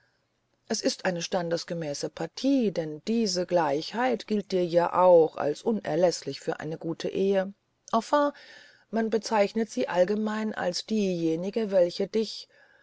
könnte ist eine standesgemäße partie denn diese gleichheit gilt dir ja auch als unerläßlich zu einer guten ehe enfin man bezeichnet sie allgemein als diejenige welche dich